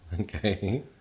Okay